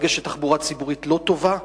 ברגע שהתחבורה הציבורית לא טובה,